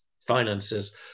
finances